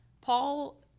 Paul